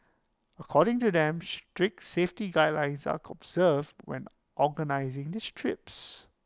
cording to them strict safety guidelines are serve when organising these trips